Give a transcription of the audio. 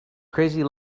crazy